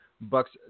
Bucks